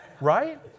Right